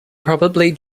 probably